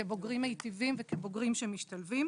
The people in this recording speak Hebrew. כבוגרים מיטיבים וכבוגרים שמשתלבים.